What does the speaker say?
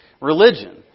religion